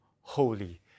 holy